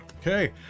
okay